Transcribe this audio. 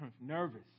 nervous